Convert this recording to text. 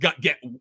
get –